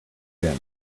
thin